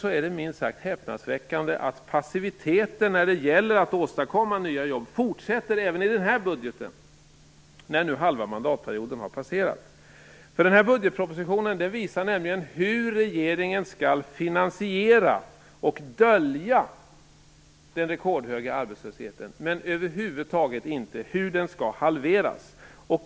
Därför är det minst sagt häpnadsväckande att passiviteten när det gäller att åstadkomma nya jobb fortsätter även i den här budgeten när nu halva mandatperioden har passerat. Den här budgetpropositionen visar hur regeringen skall finansiera och dölja den rekordhöga arbetslösheten, men den visar över huvud taget inte hur den skall halveras.